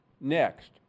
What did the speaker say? next